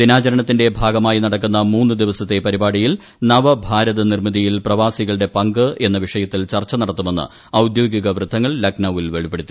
ദിനാചരണത്തിന്റെ ഭാഗമായി നടക്കുന്ന മൂന്ന് ദിവസത്തെ പരിപാടിയിൽ നവ ഭാരത നിർമ്മിതിയിൽ പ്രവാസികളുടെ പങ്ക് എന്ന വിഷയത്തിൽ ചർച്ച നടത്തുമെന്ന് ഔദ്യോഗിക വൃത്തങ്ങൾ ലക്നൌവിൽ വെളിപ്പെടുത്തി